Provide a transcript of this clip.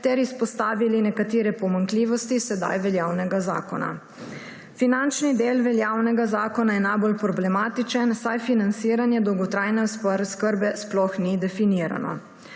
ter izpostavili nekatere pomanjkljivosti sedaj veljavnega zakona. Finančni del veljavnega zakona je najbolj problematičen, saj financiranje dolgotrajne oskrbe sploh ni definirano.